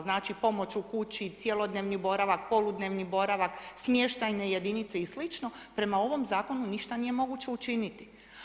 Znači, pomoć u kući, cjelodnevni ili poludnevni boravak, smještajne jedinice i sl. prema ovom Zakonu ništa nije moguće učiniti.